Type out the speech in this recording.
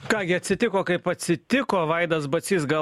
ką gi atsitiko kaip atsitiko vaidas bacys gal